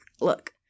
look